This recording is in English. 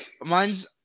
Mine's